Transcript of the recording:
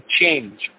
change